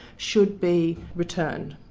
should be returned.